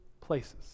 places